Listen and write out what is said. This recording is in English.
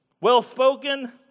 well-spoken